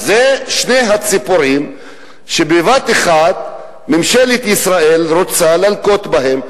אז אלה שתי הציפורים שבבת-אחת ממשלת ישראל רוצה להלקות בהן,